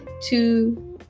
two